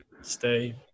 stay